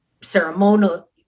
ceremonial